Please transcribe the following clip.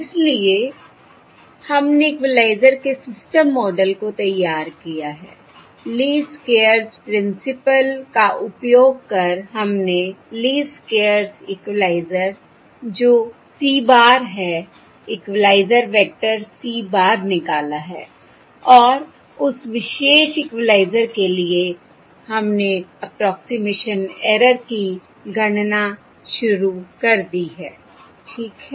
इसलिए हमने इक्वलाइज़र के सिस्टम मॉडल को तैयार किया है लीस्ट स्क्वेयर्स प्रिंसिपल का उपयोग कर हमने लीस्ट स्क्वेयर्स इक्वलाइज़र जो C bar है इक्वलाइज़र वेक्टर C bar निकाला है और उस विशेष इक्वलाइज़र के लिए हमने अप्रोक्सिमेशन ऐरर की गणना शुरू कर दी है ठीक है